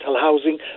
housing